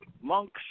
monks